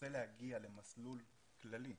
להגיע למסלול כללי,